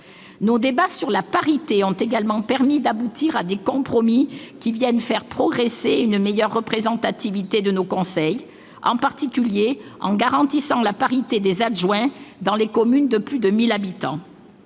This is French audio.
Nos débats sur la parité hommes-femmes ont également permis d'aboutir à des compromis qui viendront assurer une meilleure représentativité de nos conseils, en particulier en garantissant la parité pour les adjoints dans les communes de plus de 1 000 habitants.